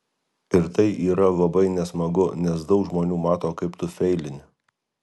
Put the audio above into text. ir tai yra labai nesmagu nes daug žmonių mato kaip tu feilini